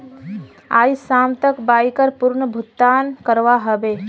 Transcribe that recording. आइज शाम तक बाइकर पूर्ण भुक्तान करवा ह बे